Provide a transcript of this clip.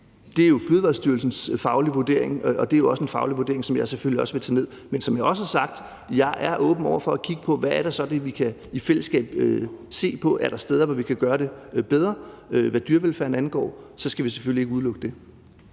Det er jo Fødevarestyrelsens faglige vurdering, og det er en faglig vurdering, som jeg selvfølgelig også vil tage ned. Men som jeg også har sagt, er jeg åben for at kigge på, hvad vi i fællesskab kan se på. Er der steder, hvor vi kan gøre det bedre, hvad dyrevelfærden angår, skal vi selvfølgelig ikke udelukke det.